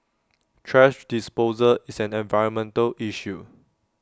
thrash disposal is an environmental issue